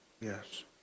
Yes